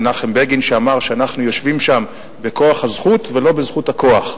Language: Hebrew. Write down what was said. מנחם בגין שאמר שאנחנו יושבים שם בכוח הזכות ולא בזכות הכוח.